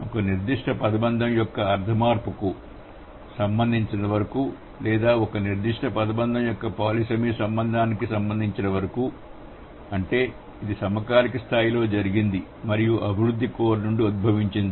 ఒక నిర్దిష్ట పదబంధం యొక్క అర్థ మార్పుకు సంబంధించినంతవరకు లేదా ఒక నిర్దిష్ట పదబంధం యొక్క పాలిసెమస్ సంబంధానికి సంబంధించినంతవరకు అంటే ఇది సమకాలిక స్థాయిలో జరిగింది మరియు అభివృద్ధి కోర్ నుండి ఉద్భవించింది